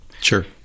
Sure